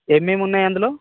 ఏమేమి ఉన్నాయి అందులో